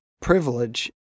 privilege